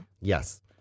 Yes